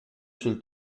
sul